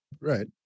Right